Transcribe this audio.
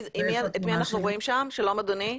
שלום, אדוני.